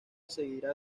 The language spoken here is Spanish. seguirá